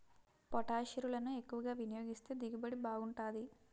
పొటాషిరులను ఎక్కువ వినియోగిస్తే దిగుబడి బాగుంటాది